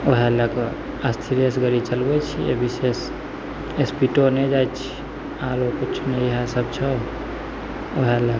वएह लऽ कऽ अस्थिरेसे गाड़ी चलबै छिए बीसे स्पीडो नहि जाइ छिए आओर किछु नहि इएहसब छौ वएह लऽ कऽ